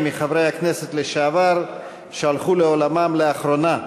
מחברי הכנסת לשעבר שהלכו לעולמם לאחרונה,